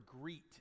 greet